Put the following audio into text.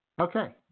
Okay